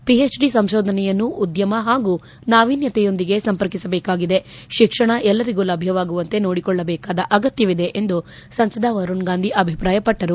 PhD ಸಂಶೋಧನೆಯನ್ನು ಉದ್ಖಮ ಹಾಗೂ ನಾವಿನ್ಣತೆಯೊಂದಿಗೆ ಸಂಪರ್ಕಿಸಬೇಕಾಗಿದೆ ಶಿಕ್ಷಣ ಎಲ್ಲರಿಗೂ ಲಭ್ಯವಾಗುವಂತೆ ನೋಡಿಕೊಳ್ಳಬೇಕಾದ ಅಗತ್ಯವಿದೆ ಎಂದು ಸಂಸದ ವರುಣ್ ಗಾಂಧಿ ಅಭಿಪ್ರಾಯಪಟ್ಟರು